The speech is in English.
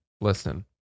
Listen